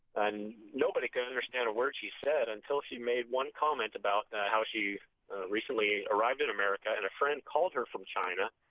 and nobody could understand a word she said until she made one comment about how she recently arrived in american and a friend called her from china